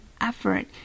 effort